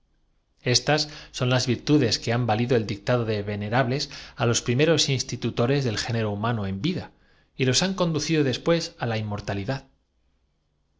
estas son las virtudes que han valido el dictado filantropía generosa basada en la moral de confucio de venerables á los primeros institutores del género cuyo resumen es éste sirve bien al cielo juien sigue la humano en vida y los han conducido después á la